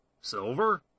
silver